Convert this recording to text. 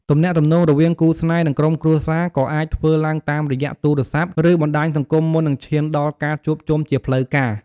ទំនាក់ទំនងរវាងគូស្នេហ៍ និងក្រុមគ្រួសារក៏អាចធ្វើឡើងតាមរយៈទូរស័ព្ទ ឬបណ្ដាញសង្គមមុននឹងឈានដល់ការជួបជុំជាផ្លូវការ។